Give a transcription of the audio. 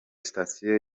sitasiyo